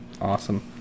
awesome